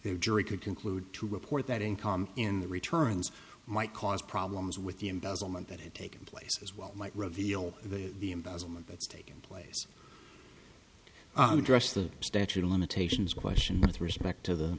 the jury could conclude to report that income in the returns might cause problems with the embezzlement that had taken place as well might reveal the the embezzlement that's taken place dress the statute of limitations question with respect to the